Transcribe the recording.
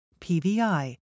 PVI